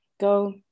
go